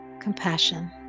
compassion